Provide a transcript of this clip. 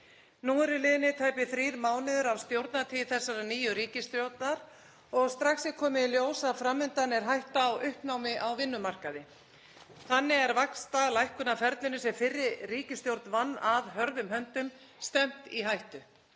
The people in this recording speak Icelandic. Nú eru liðnir tæpir þrír mánuðir af stjórnartíð þessarar nýju ríkisstjórnar og strax er komið í ljós að fram undan er hætta á uppnámi á vinnumarkaði. Þannig er vaxtalækkunarferlinu sem fyrri ríkisstjórn vann að hörðum höndum stefnt í hættu.